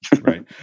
Right